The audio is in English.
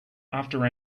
after